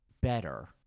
better